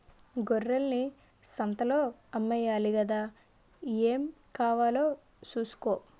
గొర్రెల్ని సంతలో అమ్మేయాలి గదా ఏం కావాలో సూసుకో